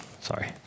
sorry